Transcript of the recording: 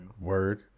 word